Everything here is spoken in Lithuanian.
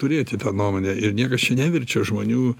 turėti tą nuomonę ir niekas čia neverčia žmonių